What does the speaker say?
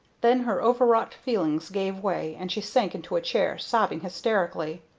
then her overwrought feelings gave way, and she sank into a chair, sobbing hysterically.